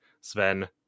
Sven